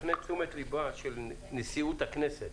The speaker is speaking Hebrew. נפנה את תשומת ליבה של נשיאות הכנסת.